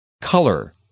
Color